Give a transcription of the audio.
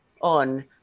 on